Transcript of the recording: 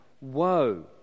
Woe